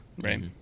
Right